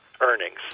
earnings